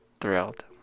Thrilled